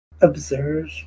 observe